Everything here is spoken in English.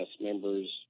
members